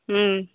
ம்